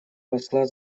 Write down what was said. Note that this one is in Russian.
посла